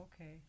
okay